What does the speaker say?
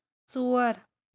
ژور